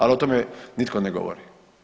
Ali o tome nitko ne govori.